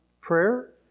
prayer